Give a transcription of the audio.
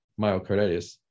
myocarditis